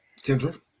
Kendra